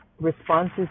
responses